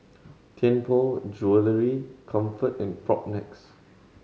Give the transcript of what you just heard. Tianpo Jewellery Comfort and Propnex